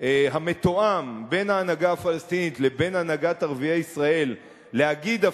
המתואם בין ההנהגה הפלסטינית לבין הנהגת ערביי ישראל להגיד,